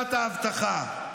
ממצלמת האבטחה.